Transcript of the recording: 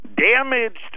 damaged